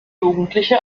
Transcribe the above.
jugendliche